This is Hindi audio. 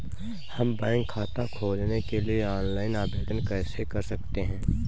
हम बैंक खाता खोलने के लिए ऑनलाइन आवेदन कैसे कर सकते हैं?